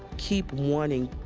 keep wanting.